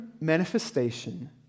manifestation